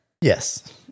Yes